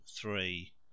THREE